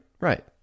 right